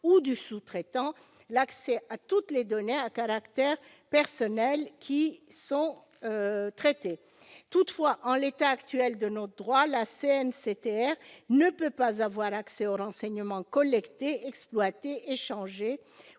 ou du sous-traitant l'accès à toutes les données à caractère personnel qui sont traitées. » Toutefois, en l'état actuel de notre droit, la CNCTR ne peut pas avoir accès aux renseignements collectés, exploités, échangés